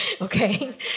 Okay